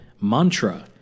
Mantra